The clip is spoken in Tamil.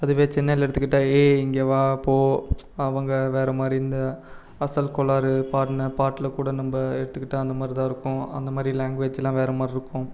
அதுவே சென்னையில் எடுத்துக்கிட்டா ஏய் இங்கே வா போ அவங்க வேறு மாதிரி இந்த அசல் கோளாறு பாடுன பாட்டில் கூட நம்ம எடுத்துக்கிட்டால் அந்த மாதிரி தான் இருக்கும் அந்த மாதிரி லேங்குவேஜ்லாம் வேற மாதிரி இருக்கும்